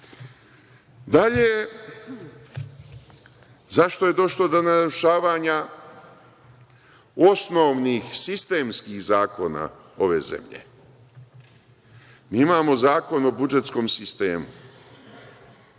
zašto je došlo do narušavanja osnovnih sistemskih zakona ove zemlje? Imamo Zakon o budžetskom sistemu.